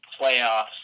playoffs